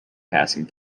passing